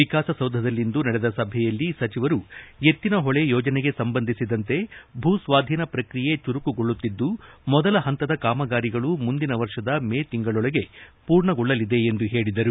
ವಿಕಾಸಸೌಧದಲ್ಲಿಂದು ನಡೆದ ಸಭೆಯಲ್ಲಿ ಸಚಿವರು ಎತ್ತಿನಹೊಳೆ ಯೋಜನೆಗೆ ಸಂಬಂಧಿಸಿದಂತೆ ಭೂ ಸ್ವಾಧೀನ ಪ್ರಕ್ರಿಯೆ ಚುರುಕುಗೊಳ್ಳುತ್ತಿದ್ದು ಮೊದಲ ಹಂತದ ಕಾಮಗಾರಿಗಳು ಮುಂದಿನ ವರ್ಷದ ಮೇ ತಿಂಗಳೊಳಗೆ ಪೂರ್ಣಗೊಳ್ಳಲಿದೆ ಎಂದು ಹೇಳಿದರು